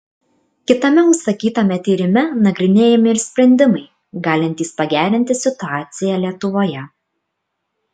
kitame užsakytame tyrime nagrinėjami ir sprendimai galintys pagerinti situaciją lietuvoje